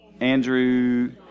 Andrew